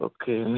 Okay